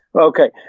okay